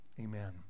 Amen